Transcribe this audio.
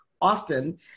often